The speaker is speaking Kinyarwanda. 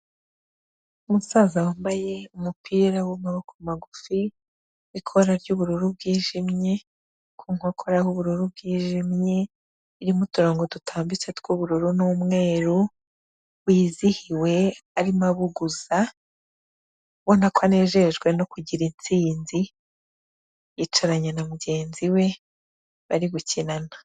Umusaza wambaye umupira w'amaboko magufi, ikora ry'ubururu bwijimye, ku nkokora h'ubururu bwijimye, irimo uturongo dutambitse tw'ubururu n'umweru, wizihiwe, arimo abuguza, ubona ko anejejwe no kugira intsinzi, yicaranye na mugenzi we bari gukinana.